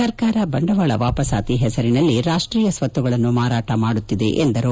ಸರ್ಕಾರ ಬಂಡವಾಳ ವಾಪಸಾತಿ ಹೆಸರಿನಲ್ಲಿ ರಾಷ್ಟೀಯ ಸ್ವತ್ತುಗಳನ್ನು ಮಾರಾಟ ಮಾಡುತ್ತಿದೆ ಎಂದರು